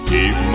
Keep